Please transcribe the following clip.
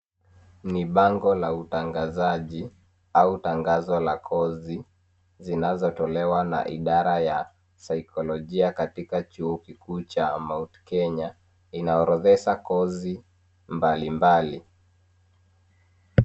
Ni bango la utangazaji au tangazo la kozi zinazotolewa na idara ya saikolojia katika chuo kikuu cha Mount Kenya inaorodhesha kozi mbali mbali